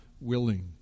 willing